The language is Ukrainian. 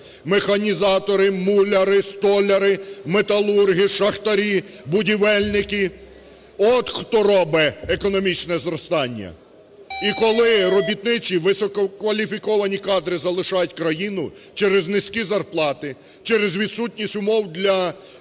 Механізатори, муляри, столяри, металурги, шахтарі, будівельники – от, хто робе економічне зростання. І коли робітничі висококваліфіковані кадри залишають країну через низькі зарплати, через відсутність умов для